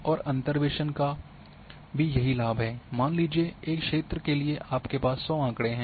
और अंतर्वेसन का भी यही लाभ है मान लीजिये एक क्षेत्र के लिए आपके पास सौ आँकड़े हैं